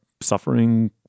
suffering